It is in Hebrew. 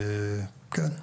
כן,